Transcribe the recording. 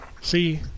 See